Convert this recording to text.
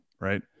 right